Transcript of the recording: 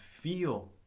feel